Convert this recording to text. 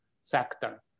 sector